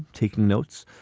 taking notes,